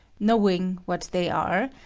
knowing what they are,